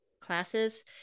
classes